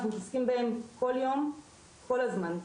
אנחנו מתעסקים בהם כל יום כל הזמן.